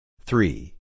Three